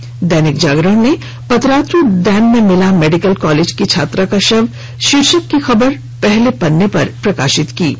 वहीं दैनिक जागरण ने पतरातू डैम में मिला मेडिकल कॉलेज की छात्रा का शव शीर्षक से खबर को पहले पन्ने पर प्रकाशित किया है